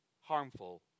harmful